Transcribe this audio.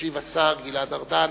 ישיב השר גלעד ארדן,